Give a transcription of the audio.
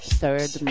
third